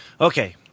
Okay